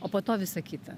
o po to visa kita